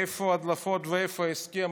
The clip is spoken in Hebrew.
איפה ההדלפות ואיפה ההסכם?